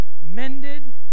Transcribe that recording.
mended